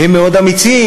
הם מאוד אמיצים,